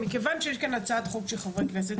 מכיוון שיש פה הצעת חוק של חברי כנסת,